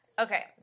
Okay